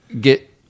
get